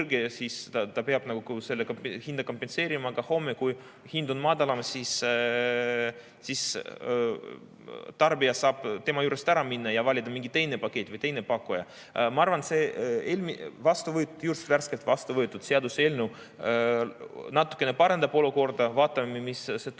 siis ta peab selle hinna kompenseerima, aga homme, kui hind on madalam, siis tarbija saab tema juurest ära minna ja valida mingi teise paketi või teise pakkuja. Ma arvan, et see just värskelt vastu võetud seadus natuke parandab olukorda. Vaatame, mis see toob,